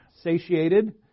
satiated